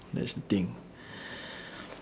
that's the thing